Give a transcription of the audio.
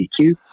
eq